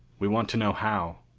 we want to know how.